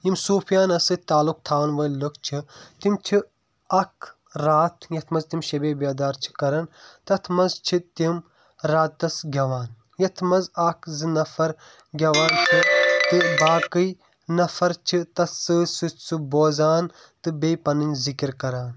یِم سفیانَس سۭتۍ تعلُق تھاوَن وٲلۍ لُکھ چھِ تِم چھِ اکھ رَات یَتھ منٛز تِم شیٚبہِ بیٚدار چھِ کران تَتھ منٛز چھِ تِم راتَس گیٚون یتھ منٛز اکھ زٕ نَفر گیٚوان چھِ تہٕ باقٕے نَفر چھِ تتھ سۭتۍ سۭتۍ سُہ بوزان تہٕ بیٚیہِ پَنٕنۍ ذکِر کران